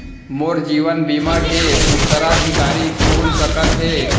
मोर जीवन बीमा के उत्तराधिकारी कोन सकत हे?